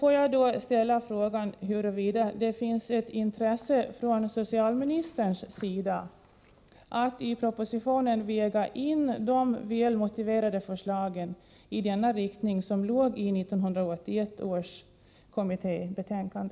Får jag då ställa frågan huruvida det finns ett intresse från socialministerns sida att i propositionen väga in de väl motiverade förslagen i den riktning som avsågs i 1981 års kommittébetänkande.